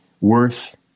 worth